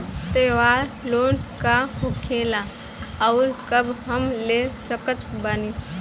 त्योहार लोन का होखेला आउर कब हम ले सकत बानी?